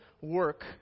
work